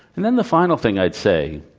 and then, the final thing i'd say